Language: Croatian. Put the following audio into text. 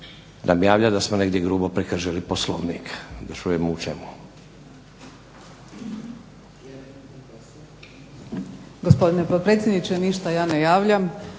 nam javlja da smo negdje grubo prekršili Poslovnik. Da čujemo u čemu.